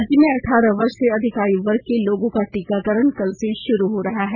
राज्य में अठारह वर्ष से अधिक आयु वर्ग के लोगों का टीकाकरण कल से शुरू हो रहा है